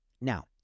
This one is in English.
Now